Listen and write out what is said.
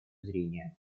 зрения